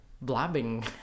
blabbing